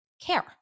care